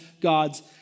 God's